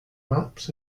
maps